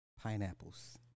pineapples